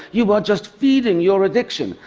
you are just feeding your addiction,